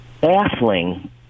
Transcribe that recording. Baffling